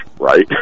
right